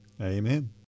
Amen